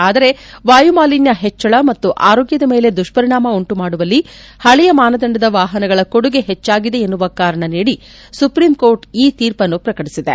ಆದರೆ ವಾಯುಮಾಲಿನ್ನ ಹೆಚ್ಚಳ ಮತ್ತು ಆರೋಗ್ಯದ ಮೇಲೆ ದುಷ್ಪರಿಣಾಮ ಉಂಟುಮಾಡುವಲ್ಲಿ ಹಳೆಯ ಮಾನದಂಡದ ವಾಹನಗಳ ಕೊಡುಗೆ ಹೆಚ್ಚಾಗಿದೆ ಎನ್ನುವ ಕಾರಣ ನೀದಿ ಸುಪ್ರೀಂಕೋರ್ಟ್ ಈ ತೀರ್ಪನ್ನು ಪ್ರಕಟಿಸಿದೆ